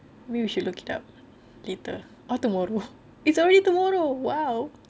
we should look it up later or tomorrow it's already tomorrow !wow!